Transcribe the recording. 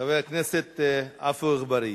חבר הכנסת עפו אגבאריה,